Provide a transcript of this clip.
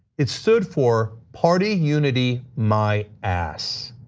it stood for party unity my ass.